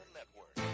Network